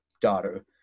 daughter